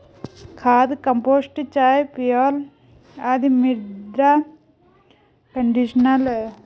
खाद, कंपोस्ट चाय, पुआल आदि मृदा कंडीशनर है